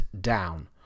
down